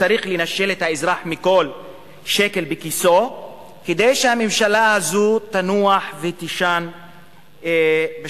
וצריך לנשל את האזרח מכל שקל בכיסו כדי שהממשלה הזאת תנוח ותישן בשקט.